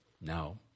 No